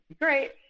great